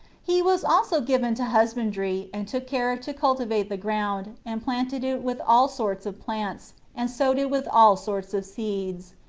he was also given to husbandry, and took care to cultivate the ground, and planted it with all sorts of plants, and sowed it with all sorts of seeds.